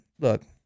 Look